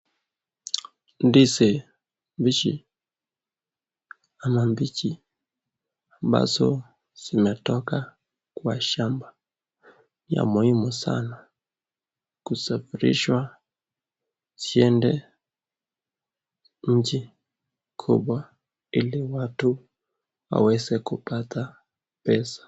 Ndizi mbichi ama mbichi ambazo zimetoka kwa shamba ya muhimu sana kusafirisha ziendele inchi kubwa sana ili watu waweze kupata pesa.